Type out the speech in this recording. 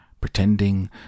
pretending